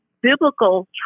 biblical